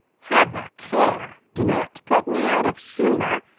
have a care! do not put me out of humour.